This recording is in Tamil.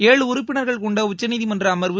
ஏழு உறுப்பினர்கள் கொண்ட உச்சநீதிமன்ற அமர்வு